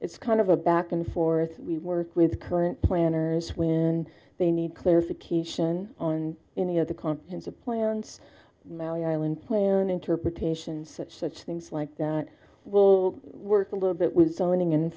it's kind of a back and forth we work with current planners when they need clarification on any of the contents of plans maui island plan interpretations such things like that will work a little bit with zoning and